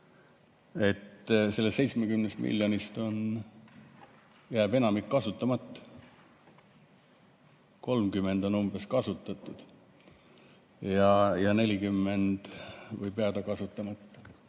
sellest 70 miljonist jääb enamik kasutamata. 30 [miljonit] umbes on kasutatud ja 40 võib jääda kasutamata.